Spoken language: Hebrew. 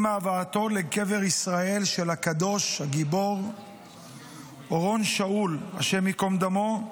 עם הבאתו לקבר ישראל של הקדוש הגיבור אורון שאול השם ייקום דמו,